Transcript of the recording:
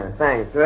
thanks